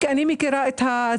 כי אני מכירה את הצדדים.